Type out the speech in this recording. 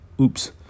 Oops